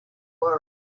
world